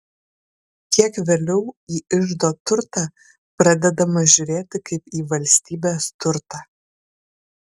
kiek vėliau į iždo turtą pradedama žiūrėti kaip į valstybės turtą